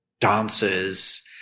dances